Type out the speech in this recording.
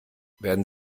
werden